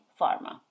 pharma